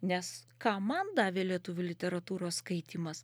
nes ką man davė lietuvių literatūros skaitymas